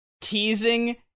teasing